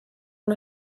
una